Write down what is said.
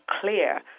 clear